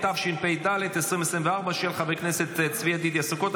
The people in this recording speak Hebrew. התשפ"ד 2024, של חבר הכנסת צבי ידידיה סוכות.